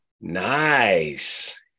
nice